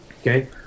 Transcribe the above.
Okay